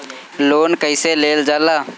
Loan कईसे लेल जाला?